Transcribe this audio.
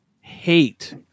hate